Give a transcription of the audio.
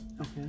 Okay